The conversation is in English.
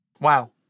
Wow